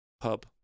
pub